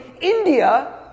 India